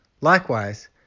Likewise